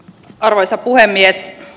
arvoisa puhemies